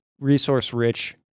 resource-rich